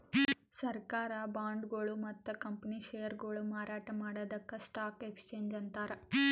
ಸರ್ಕಾರ್ ಬಾಂಡ್ಗೊಳು ಮತ್ತ್ ಕಂಪನಿ ಷೇರ್ಗೊಳು ಮಾರಾಟ್ ಮಾಡದಕ್ಕ್ ಸ್ಟಾಕ್ ಎಕ್ಸ್ಚೇಂಜ್ ಅಂತಾರ